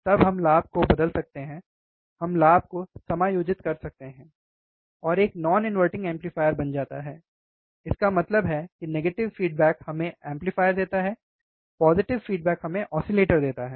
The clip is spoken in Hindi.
तब हम लाभ को बदल सकते हैं हम लाभ को समायोजित कर सकते हैं और एक नाॅन इनवर्टिंग एम्पलीफायर बन जाता है इसका मतलब है कि नेगेटिव फ़ीडबैक हमें एम्पलीफायर देता है पोज़िटिव फ़ीडबैक हमें ओसिलेटर देता है